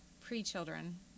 pre-children